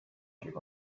give